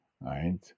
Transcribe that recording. right